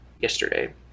yesterday